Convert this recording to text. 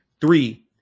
Three